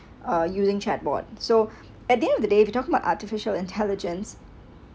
uh using chat board so at the end of the day we talk about artificial intelligence